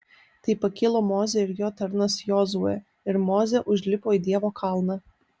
tai pakilo mozė ir jo tarnas jozuė ir mozė užlipo į dievo kalną